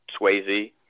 Swayze